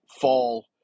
fall